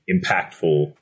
impactful